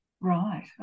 Right